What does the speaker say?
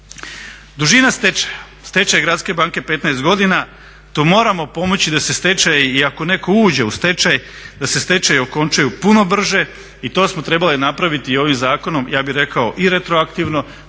Dužina stečaja, stečaj Gradske banke 15 godina, tu moramo pomoći da stečaj i ako neko uđe u stečaj da se stečaji okončaju puno brže i to smo trebali napraviti i ovim zakonom, ja bih rekao i retroaktivno